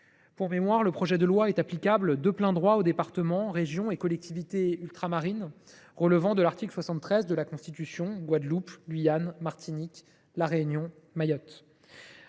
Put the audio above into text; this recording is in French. Pour mémoire, le projet de loi est applicable de plein droit aux départements, aux régions et aux collectivités ultramarines relevant de l’article 73 de la Constitution – Guadeloupe, Guyane, Martinique, La Réunion, Mayotte